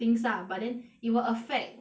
things lah but then it will affect